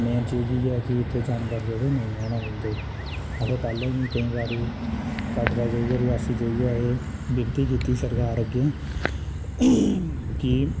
main चीज इ'यै कि इत्थै जानवर जेह्ड़े नेईं होना दिंदे असें पैह्लें बी केईं बारी कटरै जाइयै रियासी जाइयै एह् विनती कीती सरकार अग्गें कि